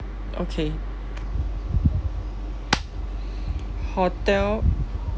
okay hotel